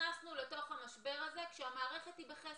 שנכנסנו לתוך המשבר הזה כשהמערכת בחסר.